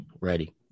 ready